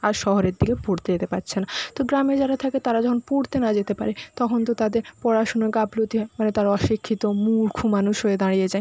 আর শহরের দিকে পড়তে যেতে পারছে না তো গ্রামে যারা থাকে তারা যখন পড়তে না যেতে পারে তখন তো তাদের পড়াশুনোর গাফিলতি হয় মানে তারা অশিক্ষিত মূর্খ মানুষ হয়ে দাঁড়িয়ে যায়